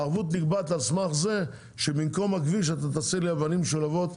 הערבות נקבעת על סמך זה שבמקום הכביש אתה תעשה לי אבנים משולבות,